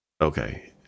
Okay